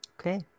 Okay